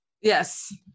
Yes